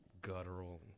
guttural